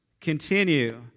Continue